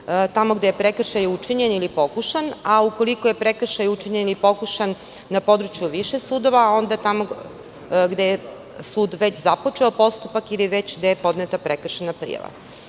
tamo gde je prekršaj učinjen ili pokušan, a ukoliko je prekršaj učinjen ili pokušan na području više sudova, onda je tamo gde je sud već započeo postupak ili gde je već podneta prekršajna